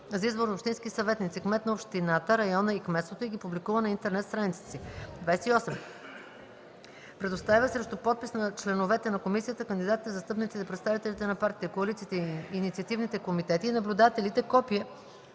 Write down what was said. за избор на общински съветници, кмет на общината, района и кметството и ги публикува на интернет страницата си; 28. предоставя срещу подпис на членовете на комисията, кандидатите, застъпниците, представителите на партиите, коалициите и инициативните комитети и наблюдателите копие